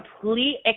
complete